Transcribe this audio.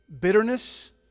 bitterness